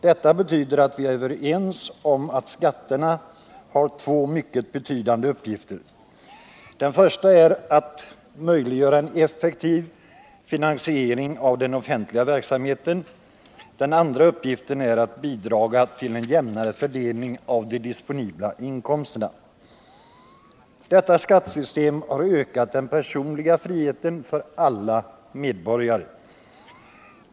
Detta betyder att vi är överens om att skatterna har två mycket betydande uppgifter. Den första är att möjliggöra en effektiv finansiering av den offentliga verksamheten. Den andra uppgiften är att bidra till en jämnare fördelning av de disponibla inkomsterna. Detta skattesystem har ökat den personliga friheten för alla medborgare.